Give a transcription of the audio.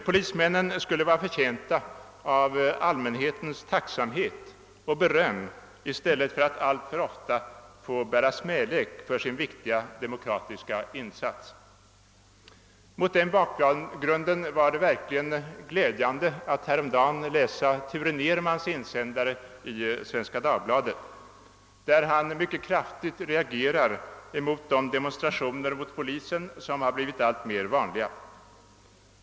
Polismännen skulle vara förtjänta av allmänhetens tacksamhet och beröm i stället för att alltför ofta få bära smälek för sin viktiga demokratiska insats. Mot denna bakgrund var det verkligen glädjande att häromdagen läsa Ture Nermans insändare i Svenska Dagbladet, där han kraftigt reagerar mot de demonstrationer mot polisen som blivit allt vanligare.